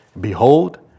Behold